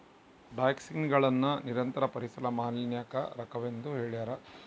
ಡಯಾಕ್ಸಿನ್ಗಳನ್ನು ನಿರಂತರ ಪರಿಸರ ಮಾಲಿನ್ಯಕಾರಕವೆಂದು ಹೇಳ್ಯಾರ